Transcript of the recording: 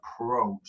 approach